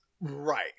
right